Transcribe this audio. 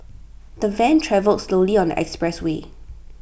the van travelled slowly on the expressway